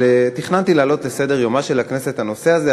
תכננתי להעלות על סדר-יומה של הכנסת את הנושא הזה,